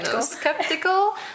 skeptical